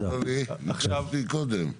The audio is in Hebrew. אני רשמתי קודם.